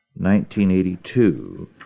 1982